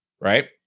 right